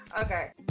Okay